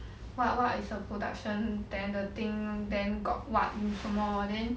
what what is a production then the thing then got what 有什么 then